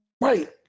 right